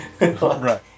Right